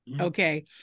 Okay